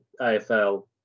AFL